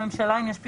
הממשלה אם יש פתרון.